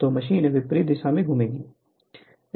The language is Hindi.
तो मशीन विपरीत दिशा में घूमेगी